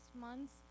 months